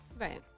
Right